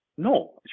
No